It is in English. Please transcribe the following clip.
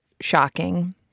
shocking